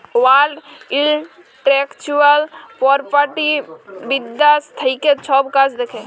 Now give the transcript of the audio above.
world intellectual property বিদ্যাশ থ্যাকে ছব কাজ দ্যাখে